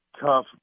tough